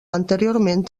anteriorment